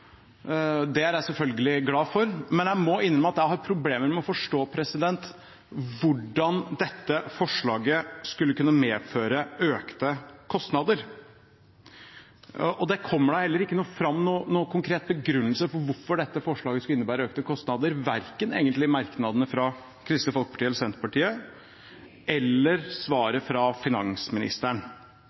Det er jeg selvfølgelig glad for, men jeg må innrømme at jeg har problemer med å forstå hvordan dette forslaget skulle kunne medføre økte kostnader. Og det kommer da heller ikke fram noen konkret begrunnelse for hvorfor dette forslaget skulle innebære økte kostnader, egentlig, verken i merknadene fra Kristelig Folkeparti og Senterpartiet eller i svaret fra finansministeren.